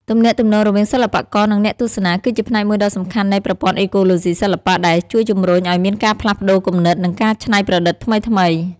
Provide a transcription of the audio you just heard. ទំនាក់ទំនងរវាងសិល្បករ និងអ្នកទស្សនា គឺជាផ្នែកមួយដ៏សំខាន់នៃប្រព័ន្ធអេកូឡូស៊ីសិល្បៈ ដែលជួយជំរុញឲ្យមានការផ្លាស់ប្តូរគំនិត និងការច្នៃប្រឌិតថ្មីៗ។